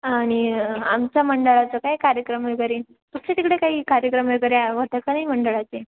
आणि आमचा मंडळाचं काय कार्यक्रम वगैरे तुच्या तिकडे काही कार्यक्रम वगैरे होतं का नाही मंडळाचे